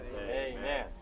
Amen